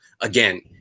again